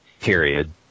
Period